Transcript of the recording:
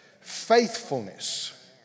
faithfulness